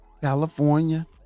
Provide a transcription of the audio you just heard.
California